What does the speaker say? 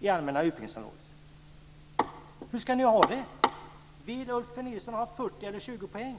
i allmänna utbildningsområdet. Hur ska ni ha det? Vill Ulf Nilsson ha 40 eller 20 poäng?